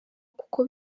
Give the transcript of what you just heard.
kuko